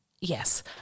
Yes